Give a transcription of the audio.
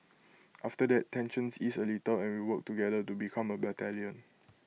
after that tensions ease A little and we work together to become A battalion